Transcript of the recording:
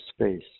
space